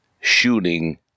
shooting